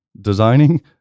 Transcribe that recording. designing